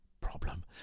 problem